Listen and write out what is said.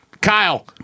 Kyle